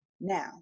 Now